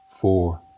four